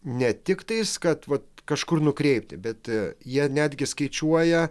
ne tik tais kad vat kažkur nukreipti bet jie netgi skaičiuoja